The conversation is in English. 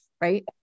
right